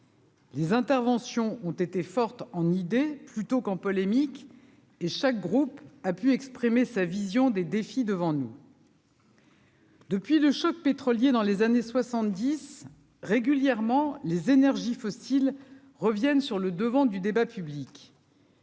Les interventions ont été forte en idées plutôt qu'on polémique et chaque groupe a pu exprimer sa vision des défis devant nous. Depuis le choc pétrolier dans les années 70 régulièrement les énergies fossiles reviennent sur le devant du débat public.